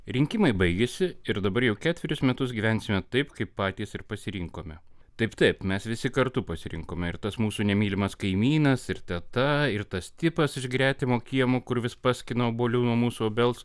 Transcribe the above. rinkimai baigėsi ir dabar jau ketverius metus gyvensime taip kaip patys ir pasirinkome taip taip mes visi kartu pasirinkome ir tas mūsų nemylimas kaimynas ir teta ir tas tipas iš gretimo kiemo kur vis paskina nuo obuolių mūsų obels